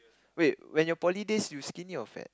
wait when your poly days you skinny or fat